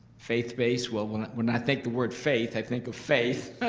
faith-based, well, when when i think the word faith, i think of faith,